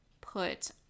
put